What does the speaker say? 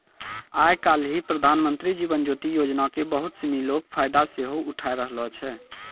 आइ काल्हि प्रधानमन्त्री जीवन ज्योति योजना के बहुते सिनी लोक फायदा सेहो उठाय रहलो छै